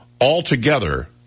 Altogether